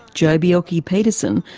joh bjelke-petersen,